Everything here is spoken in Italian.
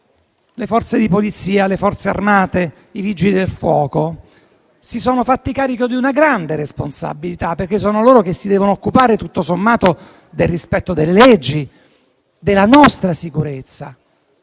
Le Forze di polizia, le Forze armate e i Vigili del fuoco si sono fatti carico di una grande responsabilità, perché sono loro che si devono occupare del rispetto delle leggi e della nostra sicurezza.